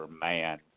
man